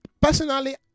Personally